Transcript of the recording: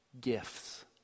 gifts